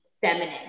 feminine